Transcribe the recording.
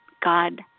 God